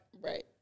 Right